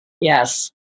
Yes